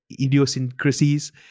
idiosyncrasies